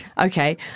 Okay